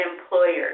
employers